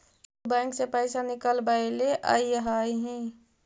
तु बैंक से पइसा निकलबएले अइअहिं